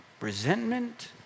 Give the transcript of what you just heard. resentment